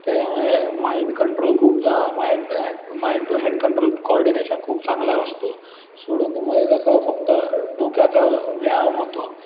त्याच्यामुळे mind control खूप mind mind to hand control coordination खूप चांगला असतो सुडोकोमध्ये कसं फक्त डोक्याचा व्यायाम होतो